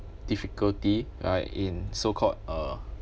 difficulty right in so called uh